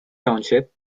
township